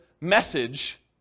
message